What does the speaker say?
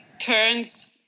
turns